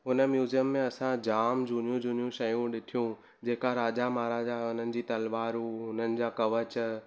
हुन म्यूज़ियम में असां जाम झूनियूं झूनियूं शयूं ॾिठियूं जेका राजा महाराजा उन्हनि जी तलवारूं उन्हनि जा कवच